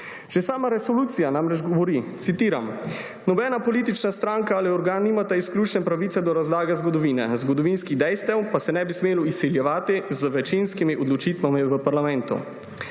Že sama resolucija namreč govori, citiram: »Nobena politična stranka ali organ nimata izključne pravice do razlage zgodovine, zgodovinskih dejstev pa se ne bi smelo izsiljevati z večinskimi odločitvami v parlamentu.«